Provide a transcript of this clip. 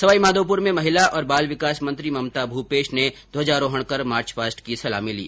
सवाई माधोपुर में महिला और बाल विकास मंत्री ममता भूपेश ने ध्वजारोहण कर मार्च पास्ट की सलामी ली